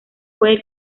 puede